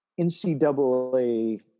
NCAA